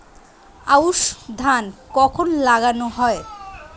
আউশ ধান কখন লাগানো হয়?